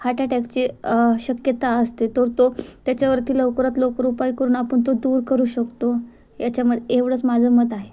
heart अटॅकची शक्यता असते तर तो त्याच्यावरती लवकरात लवकर उपाय करून आपण तो दूर करू शकतो याच्याम एवढंच माझं मत आहे